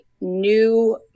New